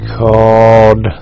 called